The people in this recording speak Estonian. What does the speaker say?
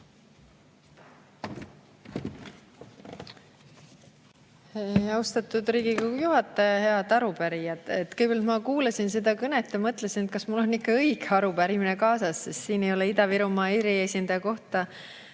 Austatud Riigikogu juhataja! Head arupärijad! Kõigepealt, ma kuulasin seda kõnet ja mõtlesin, kas mul on ikka õige arupärimine kaasas, sest siin ei ole Ida-Viru eriesindaja kohta